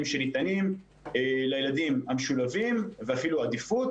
שניתנים לילדים המשולבים ואפילו עדיפות